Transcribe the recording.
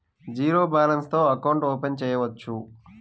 Zero balance తో account open చేయవచ్చు?